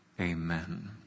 Amen